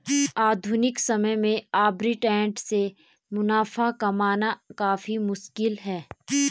आधुनिक समय में आर्बिट्रेट से मुनाफा कमाना काफी मुश्किल है